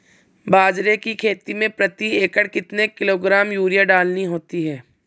बाजरे की खेती में प्रति एकड़ कितने किलोग्राम यूरिया डालनी होती है?